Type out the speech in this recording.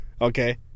Okay